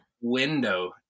window